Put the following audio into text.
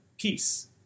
peace